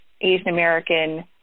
Asian-American